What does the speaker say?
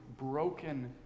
broken